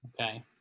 Okay